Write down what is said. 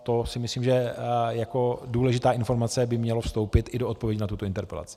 To si myslím, že by jako důležitá informace mělo vstoupit i do odpovědi na tuto interpelaci.